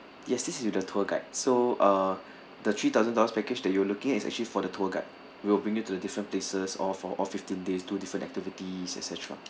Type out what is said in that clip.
yes this is with the tour guide so uh the three thousand dollars package that you were looking at is actually for the tour guide he will bring you to the different places all for all fifteen days do different activities et cetera